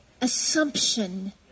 assumption